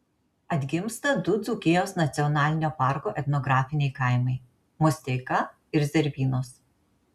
atgimsta du dzūkijos nacionalinio parko etnografiniai kaimai musteika ir zervynos